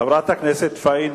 חברת הכנסת פאינה,